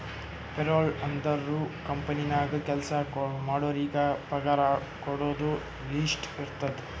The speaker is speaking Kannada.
ಪೇರೊಲ್ ಅಂದುರ್ ಕಂಪನಿ ನಾಗ್ ಕೆಲ್ಸಾ ಮಾಡೋರಿಗ ಪಗಾರ ಕೊಡೋದು ಲಿಸ್ಟ್ ಇರ್ತುದ್